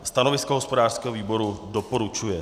Stanovisko hospodářského výboru doporučuje.